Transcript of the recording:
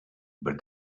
but